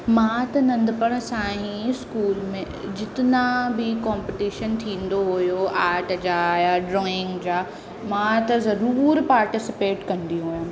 मां त नंढिपण सां ई स्कूल में जितना बि कॉम्पिटीशन थींदो हुयो आर्ट जा या ड्रॉइंग जा मां त ज़रूरु पार्टिसिपेट कंदी हुयमि